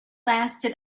lasted